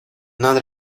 not